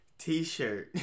T-shirt